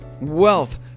wealth